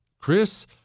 Chris